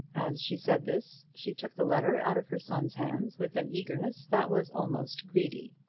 as she said this she took the letter out of her son's hands with an eagerness that was almost greedy.